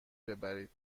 ببرید